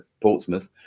Portsmouth